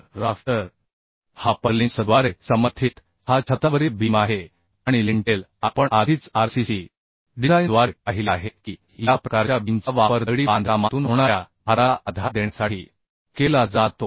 तर राफ्टर हा पर्लिन्सद्वारे समर्थित हा छतावरील बीम आहे आणि लिंटेल आपण आधीच RCCडिझाइनद्वारे पाहिले आहे की या प्रकारच्या बीमचा वापर दगडी बांधकामातून होणाऱ्या भाराला आधार देण्यासाठी केला जातो